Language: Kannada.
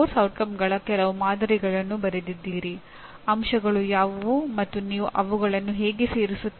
"ವಿಲಿಯಂ ಗ್ಲಾಸರ್ ಮಾಡಲ್" ವಿಷಯಕ್ಕೆ ಬಹಳ ಹತ್ತಿರದಲ್ಲಿದೆ ಎಂದು ನಾನು ಭಾವಿಸುತ್ತೇನೆ